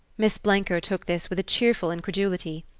miss blenker took this with a cheerful incredulity.